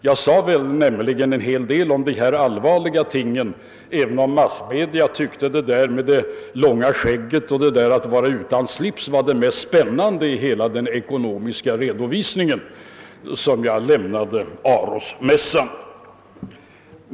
Jag gjorde nämligen en hel del allvarliga inlägg, även om massmedia tyckte att det där med skägg och att vara utan slips var det mest spännande i hela den ekonomiska redovisning jag lämnade vid Arosmässan.